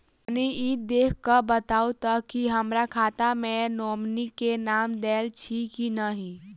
कनि ई देख कऽ बताऊ तऽ की हमरा खाता मे नॉमनी केँ नाम देल अछि की नहि?